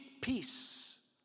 peace